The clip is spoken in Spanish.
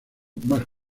más